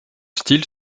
style